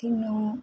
ಇನ್ನು